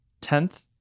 Tenth